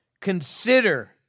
consider